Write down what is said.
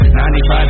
95